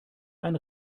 ein